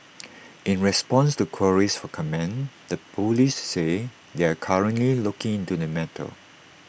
in response to queries for comment the Police said they are currently looking into the matter